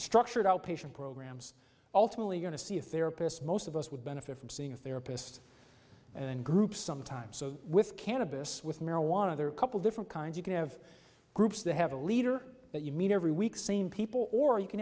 structured outpatient programs ultimately going to see a therapist most of us would benefit from seeing a therapist in groups sometimes so with cannabis with marijuana there are a couple different kinds you can have groups that have a leader that you meet every week same people or you can